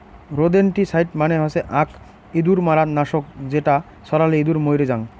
rodenticide মানে হসে আক ইঁদুর মারার নাশক যেটা ছড়ালে ইঁদুর মইরে জাং